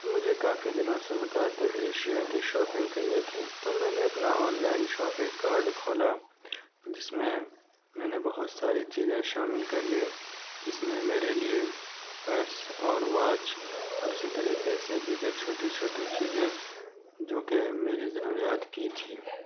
مجھے کافی دنوں سے متعدد اشیاء کی شاپنگ کرنی تھی تو میں نے اپنا آن لائن شاپنگ کارڈ کھولا جس میں میں نے بہت ساری چیزیں شامل کر لیں جس میں میرے لیے پرس اور واچ اور اسی طریقے سے دیگر چھوٹی چھوٹی چیزیں جوکہ میری ضروریات کی تھیں